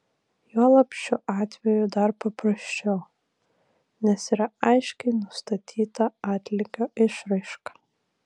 juolab šiuo atveju dar paprasčiau nes yra aiškiai nustatyta atlygio išraiška